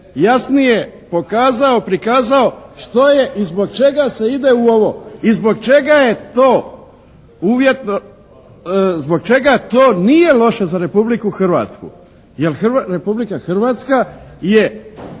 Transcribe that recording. jasnije pokazao, prikazao što je i zbog čega se ide u ovo i zbog čega je to uvjetno, zbog čega to nije loše za Republiku Hrvatsku jer Republika Hrvatska je